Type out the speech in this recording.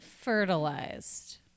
fertilized